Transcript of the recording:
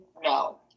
No